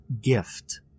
gift